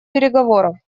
переговоров